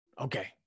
okay